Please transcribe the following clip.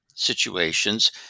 situations